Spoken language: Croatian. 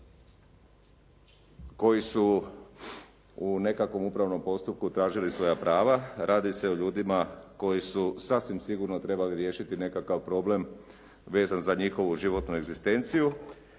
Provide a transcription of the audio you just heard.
koji su u nekakvom upravnom postupku tražili svoja prava. Radi se o ljudima koji su sasvim sigurno trebali riješiti nekakav problem vezan za njihovu životnu egzistenciju